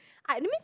I that means